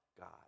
God